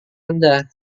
anda